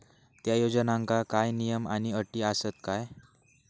त्या योजनांका काय नियम आणि अटी आसत काय?